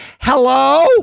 hello